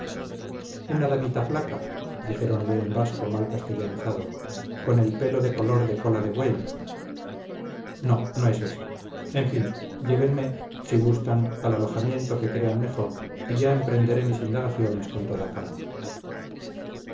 una damita flaca dijéronle en vasco mal castellanizado con el pelo de color de cola de buey no no es esa en fin llévenme si gustan al alojamiento que crean mejor y ya emprenderé mis indagaciones con toda calma